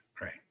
right